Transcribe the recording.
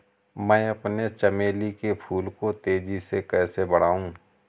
मैं अपने चमेली के फूल को तेजी से कैसे बढाऊं?